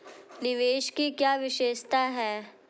निवेश की क्या विशेषता है?